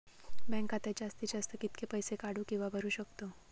Bank खात्यात जास्तीत जास्त कितके पैसे काढू किव्हा भरू शकतो?